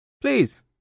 Please